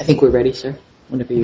i think we're ready to